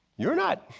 you're not,